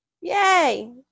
Yay